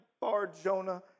Bar-Jonah